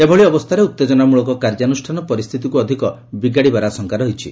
ଏଭଳି ଅବସ୍ଥାରେ ଉତ୍ତେଜନାମୂଳକ କାର୍ଯ୍ୟାନୁଷ୍ଠାନ ପରିସ୍ଥିତିକୁ ଅଧିକ ବିଗାଡ଼ିବାର ଆଶଙ୍କା ରହିଛି